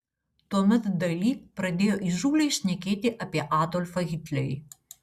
tuomet dali pradėjo įžūliai šnekėti apie adolfą hitlerį